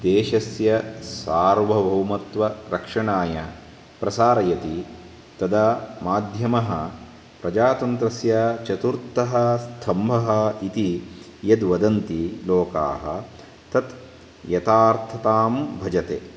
देशस्य सार्वभौमत्वरक्षणाय प्रसारयति तदा माध्यमः प्रजातन्त्रस्य चतुर्थः स्तम्भः इति यद्वदन्ति लोकाः तत् यतार्थतां भजते